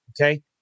Okay